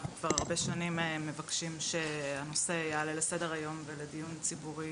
אנחנו כבר הרבה שנים מבקשים שהנושא יעלה לסדר-היום ולדיון ציבורי.